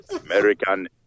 American